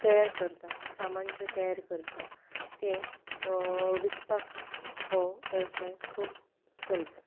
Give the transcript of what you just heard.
तयार करतात सामान जें तयार करतात तें विकपाक हो वेवसाय खूब चलता